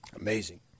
Amazing